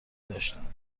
داشتند